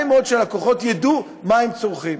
ידעו מה הם צורכים.